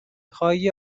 های